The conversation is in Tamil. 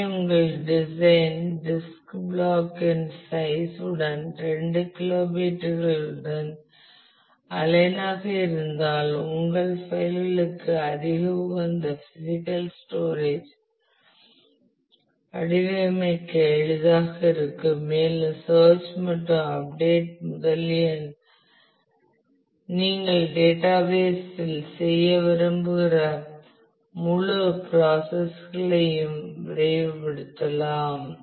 எனவே உங்கள் டிசைன் டிஸ்க் பிளாக் இன் சைஸ் உடன் இரண்டு கிலோபைட்டுகளுடன் அலைன் ஆக இருந்தால் உங்கள் பைல் களுக்கு அதிக உகந்த பிசிக்கல் ஸ்டோரேஜ் வடிவமைக்க எளிதாக இருக்கும் மேலும் சேர்ச் மற்றும் அப்டேட் முதலிய நீங்கள் டேட்டாபேஸ் இல் செய்ய விரும்புகிற முழு ப்ராசஸ் களையும் விரைவுபடுத்தலாம்